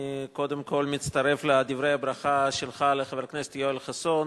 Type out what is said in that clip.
אני קודם כול מצטרף לדברי הברכה שלך לחבר הכנסת יואל חסון,